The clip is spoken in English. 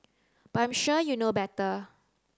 but I'm sure you know better